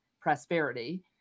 prosperity